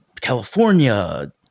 California